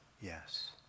yes